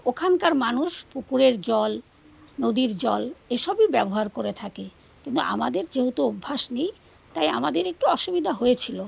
ওখানকার মানুষ পুকুরের জল নদীর জল এই সবই ব্যবহার করে থাকে কিন্তু আমাদের যেহেতু অভ্যাস নেই তাই আমাদের একটু অসুবিধা হয়েছিলো